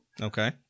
Okay